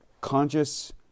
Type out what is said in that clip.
conscious